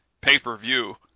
pay-per-view